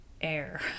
air